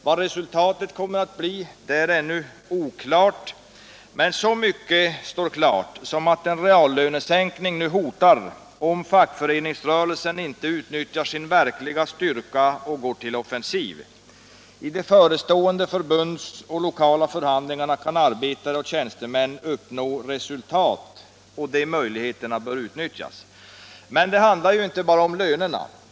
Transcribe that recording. Vad resultatet kommer att bli är ännu ovisst, men så mycket står klart som att en reallönesänkning nu hotar om fackföreningsrörelsen inte utnyttjar sin verkliga styrka och går till offensiv. I de förestående förhandlingarna på förbundsoch lokalplanet kan arbetare och tjänstemän uppnå resultat, och de möjligheterna bör utnyttjas. Men det handlar inte bara om lönerna.